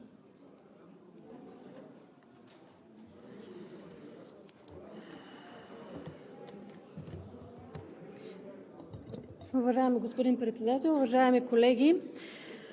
Уважаеми господин Председател, уважаеми колеги!